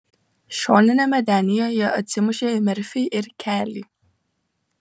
šoniniame denyje jie atsimušė į merfį ir kelį